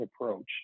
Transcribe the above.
approach